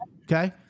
okay